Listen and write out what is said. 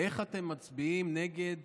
איך אתם מצביעים נגד